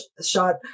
shot